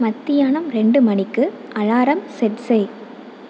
மத்தியானம் ரெண்டு மணிக்கு அலாரம் செட் செய்